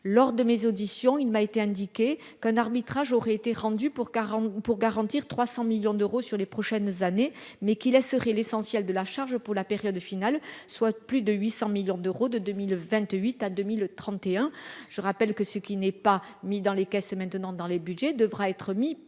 lors de mes auditions, il m'a été indiqué qu'un arbitrage aurait été rendue pour 40 pour garantir 300 millions d'euros sur les prochaines années mais qui serait l'essentiel de la charge pour la période finale, soit plus de 800 millions d'euros de 2000 28 à 2031, je rappelle que ce qui n'est pas mis dans les caisses, maintenant dans les Budgets, devra être mis